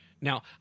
Now